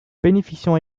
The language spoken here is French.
bénéficiant